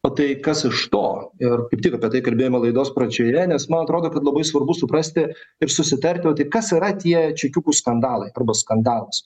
o tai kas iš to ir kaip tik apie tai kalbėjome laidos pradžioje nes man atrodo kad labai svarbu suprasti ir susitarti o tai kas yra tie čekiukų skandalai arba skandalas